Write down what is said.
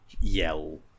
yell